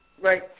Right